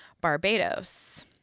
Barbados